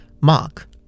Mark